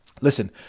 Listen